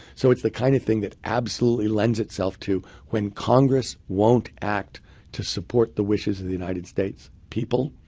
so it's the kind of thing that absolutely lends itself to when congress won't act to support the wishes of the united states' people,